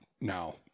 now